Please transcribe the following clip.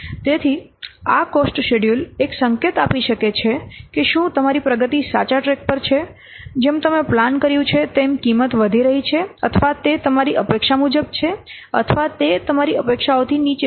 તેથી આ cost schedule એક સંકેત આપી શકે છે કે શું તમારી પ્રગતિ સાચા ટ્રેક પર છે જેમ તમે પ્લાન કર્યું છે તેમ કિંમત વધી રહી છે અથવા તે તમારી અપેક્ષા મુજબ છે અથવા તે તમારી અપેક્ષાઓથી નીચે છે